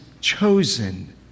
chosen